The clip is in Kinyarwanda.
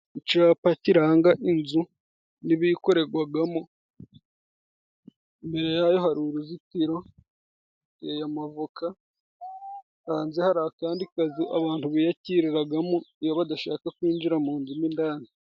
Ku capa kiranga inzu n'ibiyikorerwagamo, imbere yayo hari uruzitiro, amavoka, hanze hari akandi kazu abantu biyakiriragamo iyo badashaka kwinjira mu nzu mo indani.